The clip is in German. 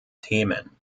themen